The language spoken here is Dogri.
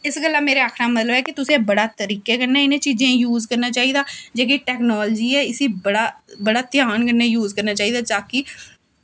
इस गल्ला मेरा आक्खने दा मतलब ऐ कि तुसें बड़े तरीके कन्नै इ'नें चीज़ें गी यूज करना चाहिदा जेह्ड़ी टैकनॉलजी ऐ इसी बड़ा बड़ा ध्यान कन्नै यूज करना चाहिदा ताकि